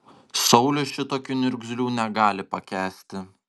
saulius šitokių niurgzlių negali pakęsti